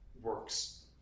works